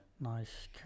Nice